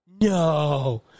No